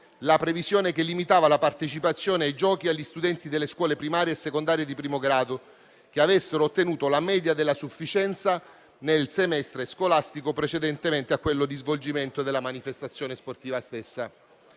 la previsione che limitava la partecipazione ai giochi agli studenti delle scuole primarie e secondarie di primo grado che avessero ottenuto la media della sufficienza nel semestre scolastico precedente a quello di svolgimento della manifestazione sportiva stessa.